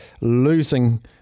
losing